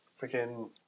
freaking